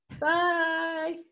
Bye